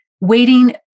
waiting